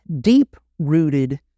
deep-rooted